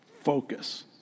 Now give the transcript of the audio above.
Focus